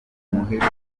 umuherwe